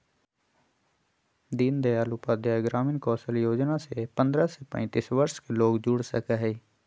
दीन दयाल उपाध्याय ग्रामीण कौशल योजना से पंद्रह से पैतींस वर्ष के लोग जुड़ सका हई